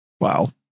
Wow